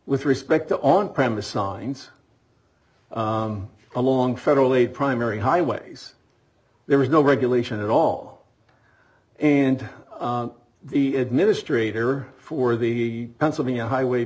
with respect to on premise signs along federally primary highways there is no regulation at all and the administrator for the pennsylvania highway